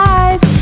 eyes